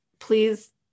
please